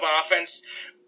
offense